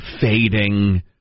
fading